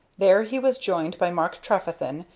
there he was joined by mark trefethen,